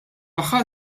aħħar